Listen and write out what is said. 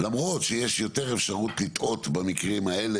למרות שיש יותר אפשרות לטעות במקרים האלה,